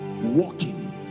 walking